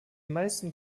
meisten